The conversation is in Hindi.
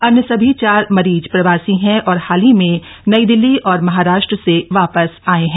अन्य सभी चार मरीज प्रवासी हैं और सभी हाल ही में नई दिल्ली और महाराष्ट्र से वापस आये हैं